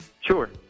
Sure